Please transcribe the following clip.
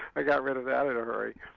i got rid of that in a hurry.